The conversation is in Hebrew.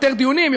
יותר דיונים,